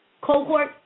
cohort